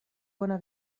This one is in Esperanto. bona